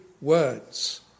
words